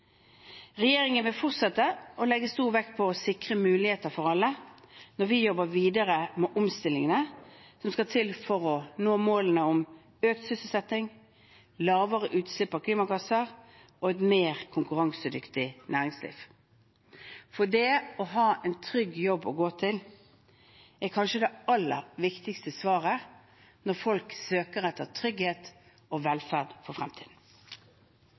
Regjeringen vil fortsette å legge stor vekt på å sikre muligheter for alle når vi jobber videre med omstillingene som skal til for å nå målene om økt sysselsetting, lavere utslipp av klimagasser og et mer konkurransedyktig næringsliv. For det å ha en trygg jobb å gå til er kanskje det aller viktigste svaret når folk søker etter trygghet og velferd for fremtiden.